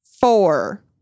Four